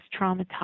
traumatized